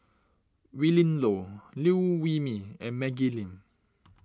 Willin Low Liew Wee Mee and Maggie Lim